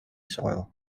soil